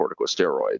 corticosteroids